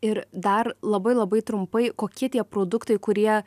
ir dar labai labai trumpai kokie tie produktai kurie